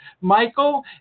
Michael